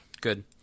Good